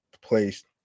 place